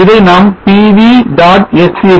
இதை நாம் pv